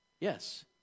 Yes